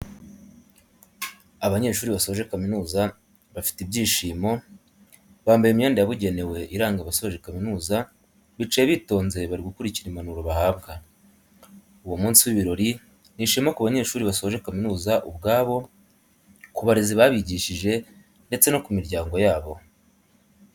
Abanyeshuri basoje kamizuza bafite ibyishimo, bambaye imyenda yabugenewe iranga abasoje kaminuza bicaye bitonze bari gukurikira impanuro bahabwa, uwo munsi w'ibirori ni ishema ku banyeshuri basoje kaminuza ubwabo, ku barezi babigishije ndetse no ku miryango yabo.